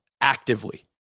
actively